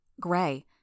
gray